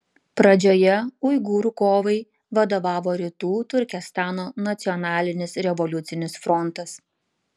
pradžioje uigūrų kovai vadovavo rytų turkestano nacionalinis revoliucinis frontas